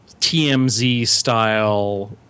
TMZ-style